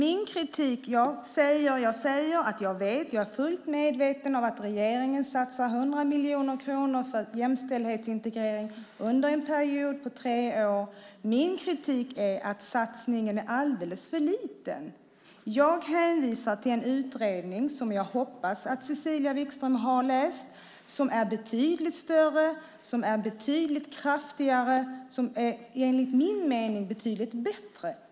Herr talman! Jag är fullt medveten om att regeringen satsar 100 miljoner kronor på jämställdhetsintegrering under en period av tre år. Min kritik gäller att satsningen är alldeles för liten. Jag hänvisar till en utredning som jag hoppas att Cecilia Wikström har läst och som är betydligt större och betydligt kraftigare och som enligt min mening är betydligt bättre.